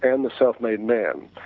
and the self-made man,